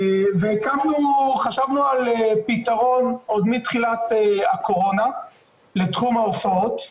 חשבנו על פתרון עוד מתחילת הקורונה לתחום ההופעות,